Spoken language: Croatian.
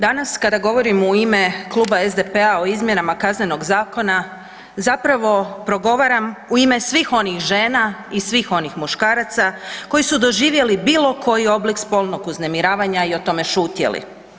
Danas kada govorim u ime Kluba SDP-a o izmjenama Kaznenog zakona zapravo progovaram u ime svih onih žena i svih onih muškaraca koji su doživjeli bilo koji oblik spolnog uznemiravanja i o tome šutjeli.